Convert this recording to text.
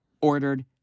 ordered